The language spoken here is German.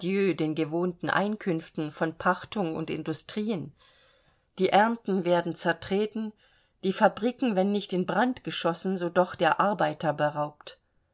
den gewohnten einkünften von pachtung und industrien die ernten werden zertreten die fabriken wenn nicht in brand geschossen so doch der arbeiter beraubt